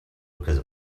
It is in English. because